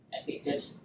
affected